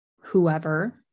whoever